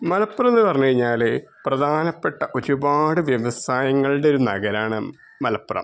മലപ്പുറമെന്ന് പറഞ്ഞ് കഴിഞ്ഞാൽ പ്രധാനപ്പെട്ട ഒരുപാട് വ്യവസായങ്ങളുടെ ഒരു നഗരമാണ് മലപ്പുറം